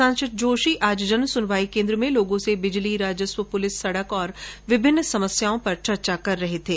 सांसद जोशी आज जनसुनवाई केन्द्र में लोगों से बिजली राजस्व पुलिस सड़क और विभिन्न समस्याओं पर चर्चा कर रहे थे